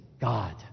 God